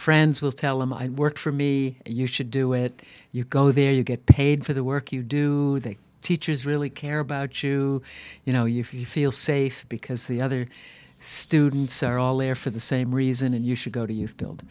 friends will tell them i worked for me you should do it you go there you get paid for the work you do the teachers really care about you you know you feel safe because the other students are all there for the same reason and you should go to